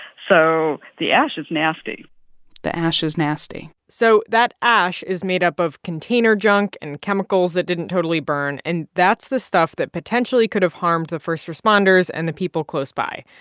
so the ash is nasty the ash is nasty so that ash is made up of container junk and chemicals that didn't totally burn, and that's the stuff that potentially could have harmed the first responders and the people close by.